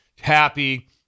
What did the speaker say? happy